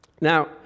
Now